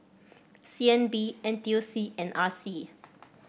C N B N T U C and R C